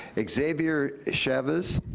xavier chavez,